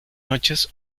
noches